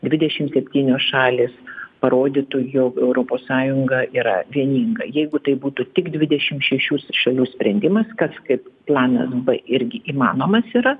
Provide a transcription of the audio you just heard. dvidešimt septynios šalys parodytų jog europos sąjunga yra vieninga jeigu tai būtų tik dvidešim šešių šalių sprendimas kas kaip planas b irgi įmanomas yra